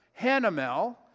Hanamel